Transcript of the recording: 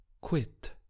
quit